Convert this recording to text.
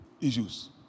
issues